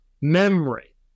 memory